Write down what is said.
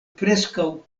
preskaŭ